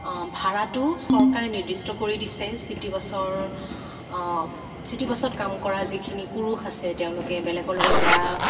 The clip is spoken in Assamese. ভাড়াটো চৰকাৰে নিৰ্দিষ্ট কৰি দিছে চিটিবাছৰ চিটিবাছত কাম কৰা যিখিনি পুৰুষ আছে তেওঁলোকে বেলেগৰ লগত বেয়া